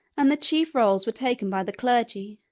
and the chief roles were taken by the clergy.